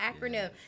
acronym